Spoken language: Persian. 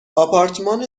آپارتمان